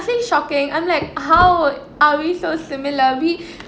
~ly shocking I'm like how are we so similar we